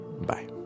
Bye